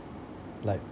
like